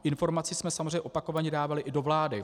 Informaci jsme samozřejmě opakovaně dávali i do vlády.